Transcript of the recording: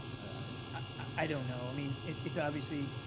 i you know i mean it's obviously